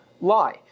lie